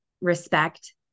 respect